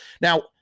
Now